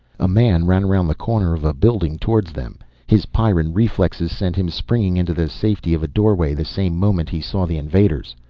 a man ran around the corner of a building towards them. his pyrran reflexes sent him springing into the safety of a doorway the same moment he saw the invaders.